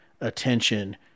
Attention